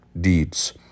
deeds